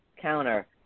counter